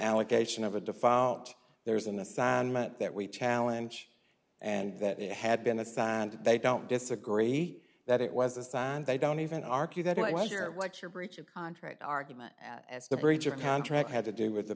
allegation of a defile out there's an assignment that we challenge and that it had been assigned they don't disagree that it was assigned they don't even argue that what you're what you're breach of contract argument as the breach of contract had to do with the